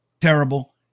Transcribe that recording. terrible